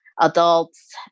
adults